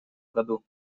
году